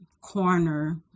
corner